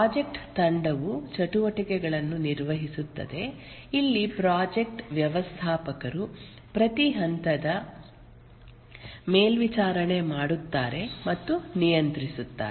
project ತಂಡವು ಚಟುವಟಿಕೆಗಳನ್ನು ನಿರ್ವಹಿಸುತ್ತದೆ ಇಲ್ಲಿ ಪ್ರಾಜೆಕ್ಟ್ ವ್ಯವಸ್ಥಾಪಕರು ಪ್ರತಿ ಹಂತದ ಮೇಲ್ವಿಚಾರಣೆ ಮಾಡುತ್ತಾರೆ ಮತ್ತು ನಿಯಂತ್ರಿಸುತ್ತಾರೆ